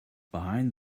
behind